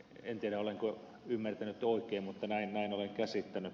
en tiedä olenko ymmärtänyt oikein mutta näin olen käsittänyt